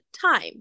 time